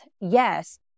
Yes